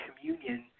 communion